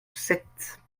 sept